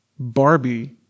Barbie